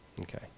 Okay